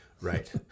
Right